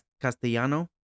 Castellano